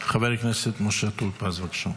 חבר הכנסת משה טור פז, בבקשה.